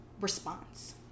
response